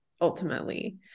ultimately